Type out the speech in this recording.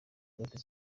sauti